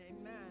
Amen